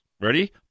ready